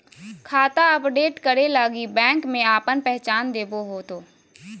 खाता अपडेट करे लगी बैंक में आपन पहचान देबे होतो